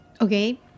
Okay